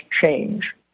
change